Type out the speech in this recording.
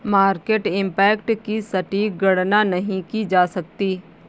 market impact की सटीक गणना नहीं की जा सकती